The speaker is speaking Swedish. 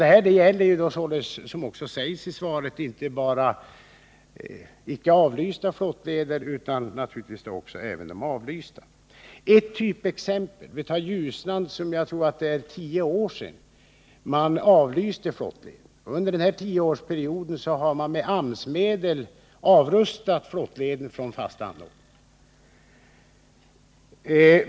Detta gäller, såsom också sägs i svaret, inte bara icke avlysta flottleder utan naturligtvis också avlysta. Ett typexempel är Ljusnan, där jag tror det var tio år sedan som man avlyste flottleden. Under den tioårsperioden har man med AMS-medel avrustat flottleden från fasta anordningar.